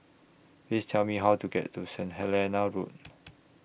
Please Tell Me How to get to Saint Helena Road